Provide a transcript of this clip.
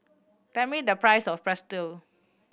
tell me the price of Pretzel